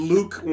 Luke